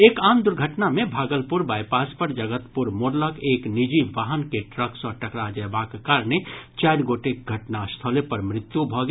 एक आन दुर्घटना मे भागलपुर बाईपास पर जगतपुर मोड़ लऽग एक निजी वाहन के ट्रक सँ टकरा जयबाक कारणे चारि गोटेक घटना स्थले पर मृत्यु भऽ गेल